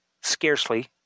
Scarcely